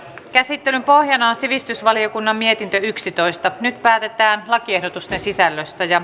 käsittelyn pohjana on sivistysvaliokunnan mietintö yksitoista nyt päätetään lakiehdotusten sisällöstä